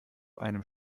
einem